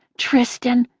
tristan.